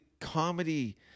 comedy